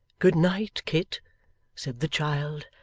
good night, kit said the child,